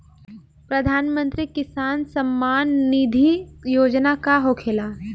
प्रधानमंत्री किसान सम्मान निधि योजना का होखेला?